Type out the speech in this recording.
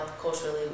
culturally